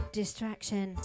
distraction